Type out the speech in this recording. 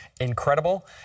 incredible